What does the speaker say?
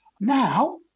Now